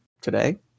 today